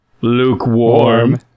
Lukewarm